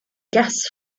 gas